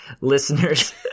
Listeners